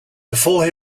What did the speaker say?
before